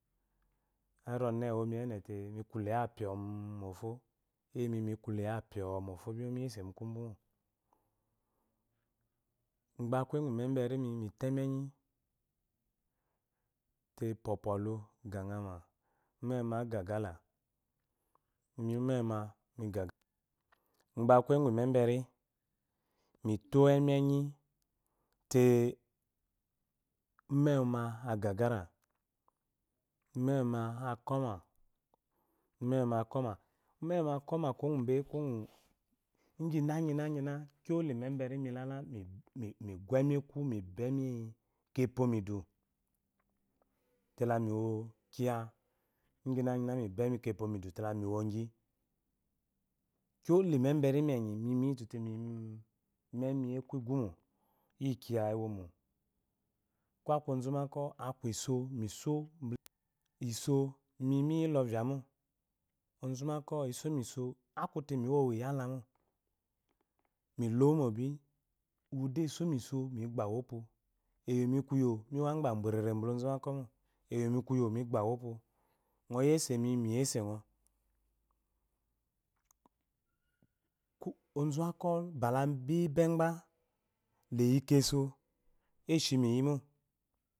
Inar ɔne owomi enete mi kuluyapyo mofo eyimi mikuluyapyɔmofo bi mo miyese mu kubumo gba kuye gu imeberimi into emi enyi te pwapwalo igangama umme wa na gagala gba kuye gu imeberi mito emi enyi te umewuna gagara ummewu ma akoma umewuma akoma kuwo gube kuwogu igyinagyina ko mibe nmilala me gu emieku mikɔemikepwo midu tela miwo kiya igyinagyina mi pɔemikepwo midu te lami wogyi kyo limeberimi enyi imi miyitu te miyimu emi eku igumo iyi kiya iwomo ko aku ozubakwɔ aku iso mi so isoo mimiyi lovia mo ozubakwɔ esomiso akute miwowu iyalamo milowumobi uwude esomiso de migbawa opu eyomikuyo miwo agbeberere bala ozuwakomo eyomi kuyo migbawu opu ngo eyese mi miye senga ozuwakwɔ bala bipba egba balayi keso eshimi iyimo